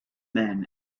men